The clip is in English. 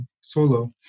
Solo